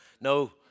No